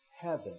Heaven